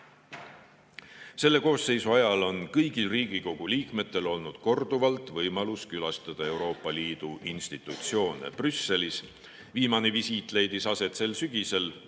viia. Selle koosseisu ajal on kõigil Riigikogu liikmetel olnud korduvalt võimalus külastada Euroopa Liidu institutsioone Brüsselis. Sel sügisel leidis aset viimane